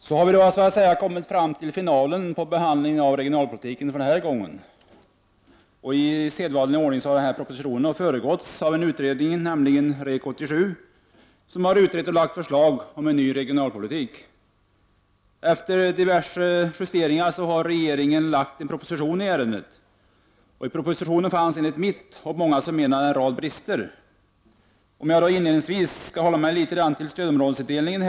Herr talman! Nu har vi så att säga kommit fram till finalen av behandlingen av regionalpolitiken för den här gången. I sedvanlig ordning har denna proposition föregåtts av en utredning, nämligen REK-87, som har utrett och lagt fram förslag till ny regionalpolitik. Efter diverse justeringar har regeringen lagt en proposition i ärendet. I propositionen finns enligt mitt och mångas förmenande en rad brister. Inledningsvis tänker jag hålla mig litet till stödområdesindelningen.